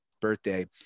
birthday